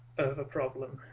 the problem